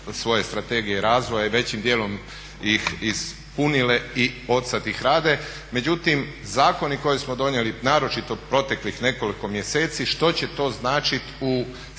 svoje strategije razvoja i većim dijelom ih ispunile i od sad ih rade. Međutim, zakoni koje smo donijeli naročito proteklih nekoliko mjeseci što će to značiti u